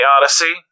Odyssey